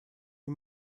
you